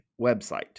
website